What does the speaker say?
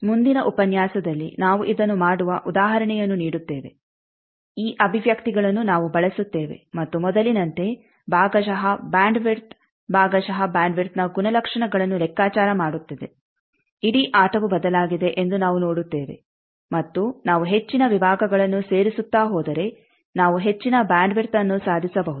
ಮುಂದಿನ ಉಪನ್ಯಾಸದಲ್ಲಿ ನಾವು ಇದನ್ನು ಮಾಡುವ ಉದಾಹರಣೆಯನ್ನು ನೀಡುತ್ತೇವೆ ಈ ಅಭಿವ್ಯಕ್ತಿಗಳನ್ನು ನಾವು ಬಳಸುತ್ತೇವೆ ಮತ್ತು ಮೊದಲಿನಂತೆ ಭಾಗಶಃ ಬ್ಯಾಂಡ್ ವಿಡ್ತ್ ಭಾಗಶಃ ಬ್ಯಾಂಡ್ ವಿಡ್ತ್ನ ಗುಣಲಕ್ಷಣಗಳನ್ನು ಲೆಕ್ಕಾಚಾರ ಮಾಡುತ್ತದೆ ಇಡೀ ಆಟವು ಬದಲಾಗಿದೆ ಎಂದು ನಾವು ನೋಡುತ್ತೇವೆ ಮತ್ತು ನಾವು ಹೆಚ್ಚಿನ ವಿಭಾಗಗಳನ್ನು ಸೇರಿಸುತ್ತಾ ಹೋದರೆ ನಾವು ಹೆಚ್ಚಿನ ಬ್ಯಾಂಡ್ ವಿಡ್ತ್ಅನ್ನು ಸಾಧಿಸಬಹುದು